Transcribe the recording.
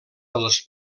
dels